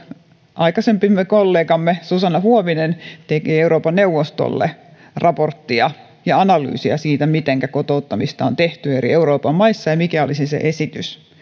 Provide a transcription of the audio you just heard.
aikaisempi kollegamme susanna huovinen teki euroopan neuvostolle raporttia ja analyysia siitä mitenkä kotouttamista on tehty eri euroopan maissa ja mikä olisi se esitys